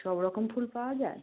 সব রকম ফুল পাওয়া যায়